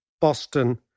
Boston